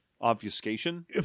Obfuscation